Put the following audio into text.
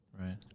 right